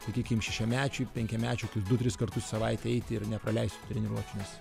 sakykim šešiamečiui penkiamečiui kokius du tris kartus į savaitę eiti ir nepraleisti tų treniruočių nes